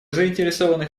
заинтересованных